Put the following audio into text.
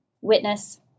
witness